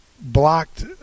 blocked